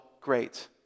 great